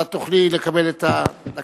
אז את תוכלי לקבל את הדקה.